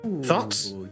Thoughts